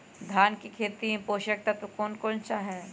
धान की खेती में पोषक तत्व कौन कौन सा है?